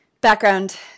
background